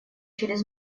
через